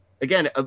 again